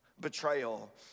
Betrayal